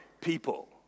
people